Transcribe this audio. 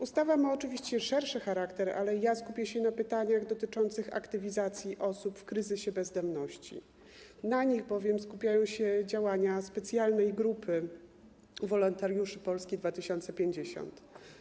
Ustawa ma oczywiście szerszy charakter, ale ja skupię się na pytaniach dotyczących aktywizacji osób w kryzysie bezdomności, na nich bowiem koncentrują się działania specjalnej grupy wolontariuszy Polski 2050.